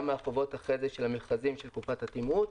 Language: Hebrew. גם מצד החובות של המכרזים של קופת התמרוץ.